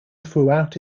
throughout